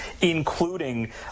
including